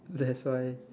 that's why